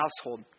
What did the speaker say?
household